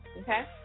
Okay